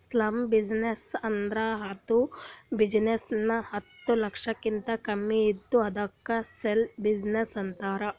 small business ಅಂದುರ್ ಯಾರ್ದ್ business ಹತ್ತ ಲಕ್ಷಕಿಂತಾ ಕಮ್ಮಿ ಇರ್ತುದ್ ಅದ್ದುಕ ಸ್ಮಾಲ್ ಬಿಜಿನೆಸ್ ಅಂತಾರ